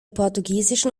portugiesischen